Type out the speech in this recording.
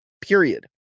Period